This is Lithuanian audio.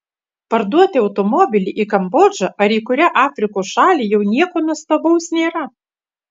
parduoti automobilį į kambodžą ar į kurią afrikos šalį jau nieko nuostabaus nėra